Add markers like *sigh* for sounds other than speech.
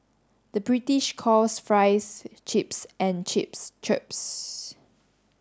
the British calls fries chips and chips *unintelligible*